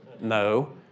No